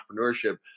entrepreneurship